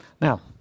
Now